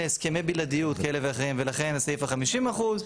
הסכמי בלעדיות כאלה ואחרים ולכן סעיף ה-50%.